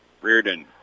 Reardon